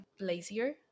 lazier